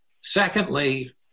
Secondly